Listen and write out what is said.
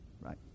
Right